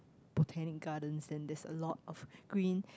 Botanic-Gardens and there's a lot of green